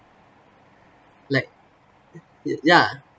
like uh ya